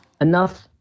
enough